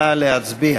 נא להצביע.